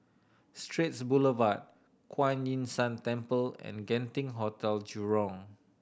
Straits Boulevard Kuan Yin San Temple and Genting Hotel Jurong